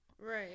Right